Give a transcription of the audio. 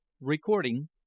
Recording